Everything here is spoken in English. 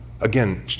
Again